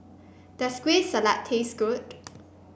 does Kueh Salat taste good